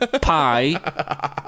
Pie